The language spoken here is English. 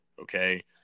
Okay